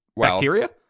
Bacteria